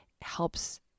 helps